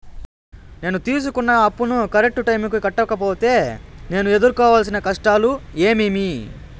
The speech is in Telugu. నేను తీసుకున్న అప్పును కరెక్టు టైముకి కట్టకపోతే నేను ఎదురుకోవాల్సిన కష్టాలు ఏమీమి?